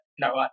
no